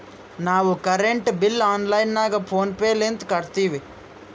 ನಾವು current bill online ನಾಗ PhonePe ಲಿಂತ ಕಟ್ಟತ್ತಿವಿ